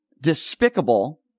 despicable